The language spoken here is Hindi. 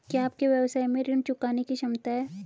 क्या आपके व्यवसाय में ऋण चुकाने की क्षमता है?